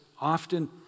Often